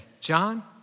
John